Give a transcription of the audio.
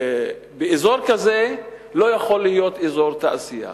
באזור כזה לא יכול להיות אזור תעשייה.